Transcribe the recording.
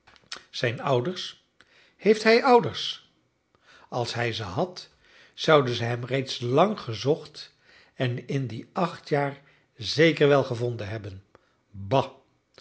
zijn ouders heeft hij ouders als hij ze had zouden ze hem reeds lang gezocht en in die acht jaar zeker wel gevonden hebben ba